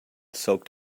soaked